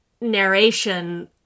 narration